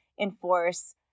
enforce